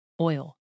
oil